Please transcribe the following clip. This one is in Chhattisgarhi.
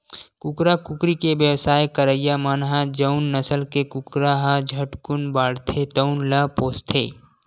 कुकरा, कुकरी के बेवसाय करइया मन ह जउन नसल के कुकरा ह झटकुन बाड़थे तउन ल पोसथे